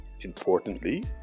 importantly